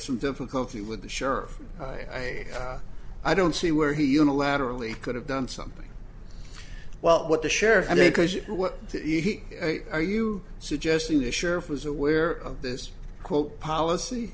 some difficulty with the surer i i don't see where he unilaterally could have done something well what the sheriff because what are you suggesting the sheriff was aware of this quote policy